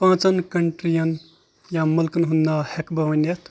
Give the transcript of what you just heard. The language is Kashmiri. پانٛژَن کَنٹرٛیٖیَن یا مُلکَن ہُنٛد ناو ہٮ۪کہٕ بہٕ ؤنِتھ